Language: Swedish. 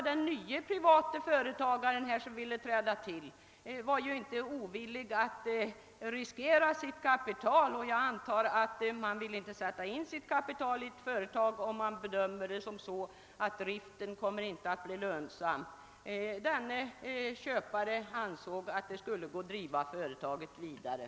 Den nye private företagaren som ville inträda var ju inte ovillig att riskera kapital, och jag antar att man inte vill satsa kapital i ett företag om inte driften bedöms bli lönsam. Denne köpare ansåg alltså att det skulle gå att fortsätta driften av företaget.